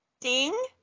Ding